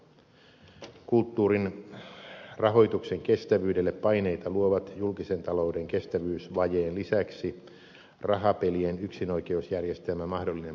kulttuurin rahoituksen kestävyydelle paineita luovat julkisen talouden kestävyysvajeen lisäksi rahapelien yksinoikeusjärjestelmän mahdollinen purkaminen